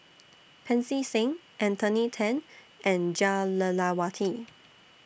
Pancy Seng Anthony Then and Jah Lelawati